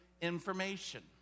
information